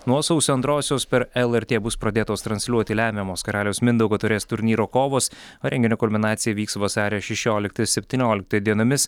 nuo sausio antrosios per lrt bus pradėtos transliuoti lemiamos karaliaus mindaugo taurės turnyro kovos o renginio kulminacija vyks vasario šešioliktą ir septynioliktą dienomis